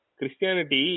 Christianity